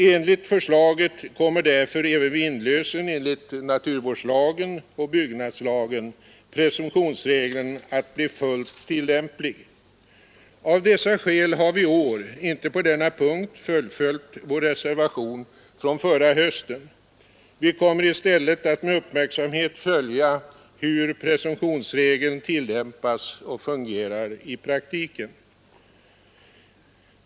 Enligt förslaget kommer därför även vid inlösen enligt naturvårdslagen och byggnadslagen presumtionsregeln att bli fullt tilllämplig Av dessa skäl har vi i år icke på denna punkt fullföljt vår reservation från förra hösten. Vi kommer i stället att med uppmärksamhet följa hur presumtionsregeln tillämpas och fungerar i praktiken.